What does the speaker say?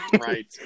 right